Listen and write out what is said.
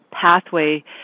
pathway